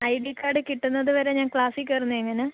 I D card കിട്ടുന്നത് വരെ ഞാൻ ക്ലാസിൽ കയറുന്നത് എങ്ങനെയാ